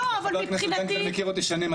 וחבר הכנסת בן גביר כבר מכיר אותי שנים,